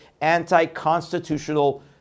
anti-constitutional